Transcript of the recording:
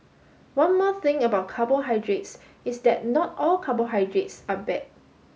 one more thing about carbohydrates is that not all carbohydrates are bad